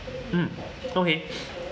mm okay